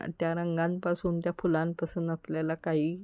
त्या रंगांपासून त्या फुलांपासून आपल्याला काही